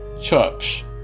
Church